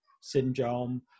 syndrome